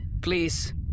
Please